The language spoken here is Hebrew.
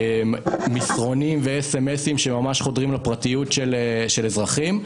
מסרונים וסמסים שממש חודרים לפרטיות של אזרחים,